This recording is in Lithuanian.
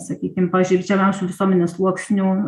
sakykim pažeidžiamiausių visuomenės sluoksnių